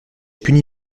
puni